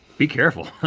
be careful.